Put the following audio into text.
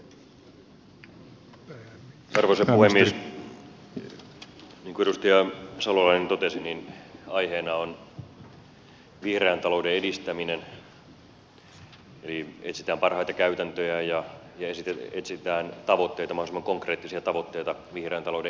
niin kuin edustaja salolainen totesi aiheena on vihreän talouden edistäminen eli etsitään parhaita käytäntöjä ja etsitään tavoitteita mahdollisimman konkreettisia tavoitteita vihreän talouden edistämiseksi